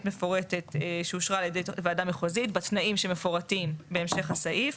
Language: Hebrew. מפורטת שאושרה על ידי ועדה מחוזית בתנאים שמפורטים בהמשך הסעיף,